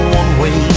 one-way